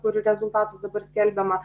kur rezultatus dabar skelbiama